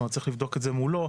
צריך לבדוק את זה מולו,